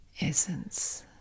essence